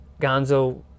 Gonzo